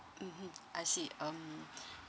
mmhmm I see um